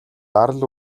гарал